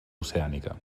oceànica